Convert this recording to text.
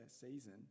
season